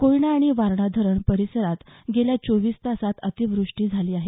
कोयना आणि वारणा धरण परिसरात गेल्या चोवीस तासात अतिवृष्टी झाली आहे